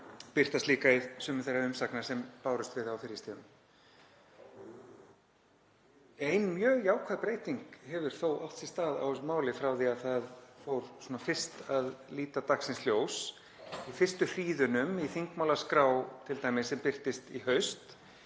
birtast líka í sumum þeirra umsagna sem bárust við það á fyrri stigum. Ein mjög jákvæð breyting hefur þó átt sér stað á þessu máli frá því að það fór fyrst að líta dagsins ljós í fyrstu hríðunum. Í þingmálaskrá sem birtist í haust